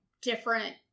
different